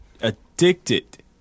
Addicted